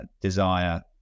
desire